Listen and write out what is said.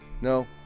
No